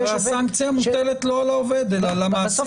אבל הסנקציה לא מוטלת על העובד אלא על המעסיק.